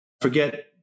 forget